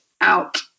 out